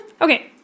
Okay